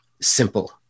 simple